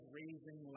raising